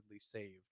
saved